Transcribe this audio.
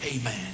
Amen